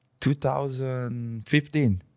2015